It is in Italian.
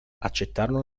accettarono